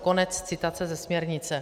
Konec citace ze směrnice.